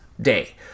Day